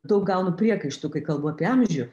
daug gaunu priekaištų kai kalbu apie amžių